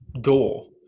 door